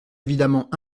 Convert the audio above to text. évidemment